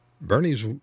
Bernie's